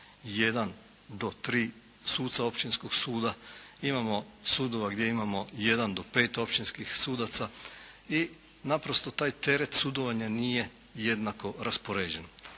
do tri suca općinskog suda, imamo sudova gdje imamo jedan do pet općinskih sudaca i naprosto taj teret sudovanja nije jednako raspoređen.